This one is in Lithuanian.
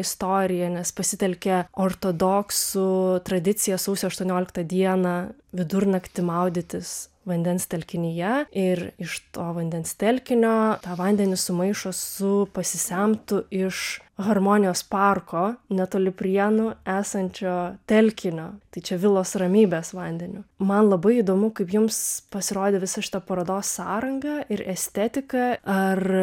istoriją nes pasitelkė ortodoksų tradiciją sausio aštuonioliktą dieną vidurnaktį maudytis vandens telkinyje ir iš to vandens telkinio tą vandenį sumaišo su pasisemtu iš harmonijos parko netoli prienų esančio telkinio tai čia vilos ramybės vandeniu man labai įdomu kaip jums pasirodė visa šita parodos sąranga ir estetika ar